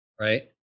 right